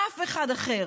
אף אחד אחר,